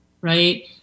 right